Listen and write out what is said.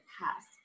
past